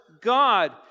God